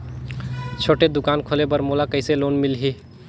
छोटे दुकान खोले बर मोला कइसे लोन मिलही?